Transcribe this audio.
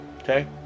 Okay